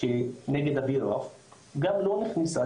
שגם לא נכנסה,